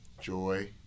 Joy